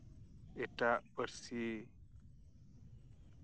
ᱮᱴᱟᱜ ᱯᱟᱹᱨᱥᱤ